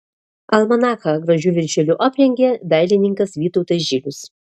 almanachą gražiu viršeliu aprengė dailininkas vytautas žilius